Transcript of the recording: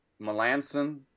Melanson